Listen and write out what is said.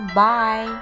bye